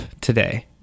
today